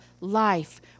life